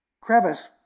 crevice